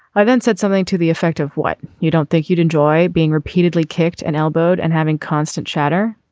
i then said something to the effect of what you don't think you'd enjoy being repeatedly kicked and elbowed and having constant chatter.